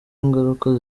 ngaruka